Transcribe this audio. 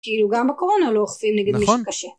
כאילו גם בקורונה לא אוכפים נגד מי שקשה.